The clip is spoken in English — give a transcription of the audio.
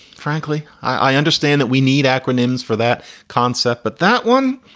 frankly. i understand that we need acronyms for that concept. but that one,